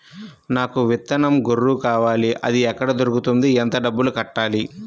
నాకు విత్తనం గొర్రు కావాలి? అది ఎక్కడ దొరుకుతుంది? ఎంత డబ్బులు కట్టాలి?